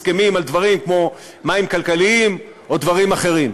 הסכמים על דברים כמו מים כלכליים ודברים אחרים.